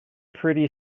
pretty